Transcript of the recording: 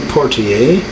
Portier